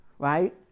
right